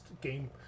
game